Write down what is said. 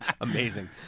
Amazing